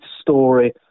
story